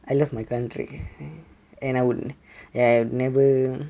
I love my country and I would have never